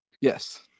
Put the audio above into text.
Yes